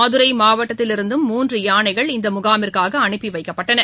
மதுரை மாவட்டத்திலிருந்தும் மூன்று யானைகள் இந்த முகாமிற்காக அனுப்பி வைக்கப்பட்டன